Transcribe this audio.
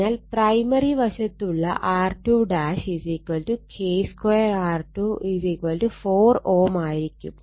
അതിനാൽ പ്രൈമറി വശത്തുള്ള R2 K 2 R2 4 Ω ആയിരിക്കും